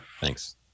Thanks